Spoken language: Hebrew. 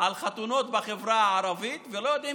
על חתונות בחברה הערבית ולא יודעים